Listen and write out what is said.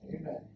Amen